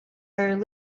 are